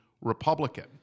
Republican